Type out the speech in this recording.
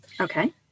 Okay